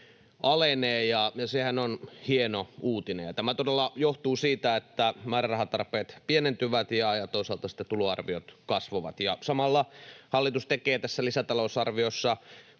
alenee, ja sehän on hieno uutinen. Ja tämä todella johtuu siitä, että määrärahatarpeet pienentyvät ja toisaalta sitten tuloarviot kasvavat. Samalla hallitus tekee tässä lisätalousarviossa